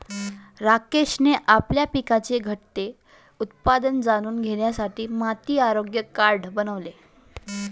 राकेशने आपल्या पिकाचे घटते उत्पादन जाणून घेण्यासाठी माती आरोग्य कार्ड बनवले